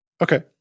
Okay